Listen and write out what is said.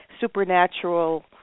supernatural